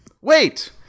Wait